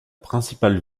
principale